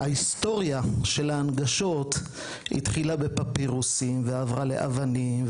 ההיסטוריה של ההנגשות התחילה בפפירוסים ועברה לאבנים,